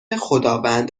خداوند